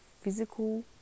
physical